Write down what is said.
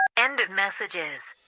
end of messages